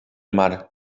mar